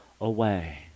Away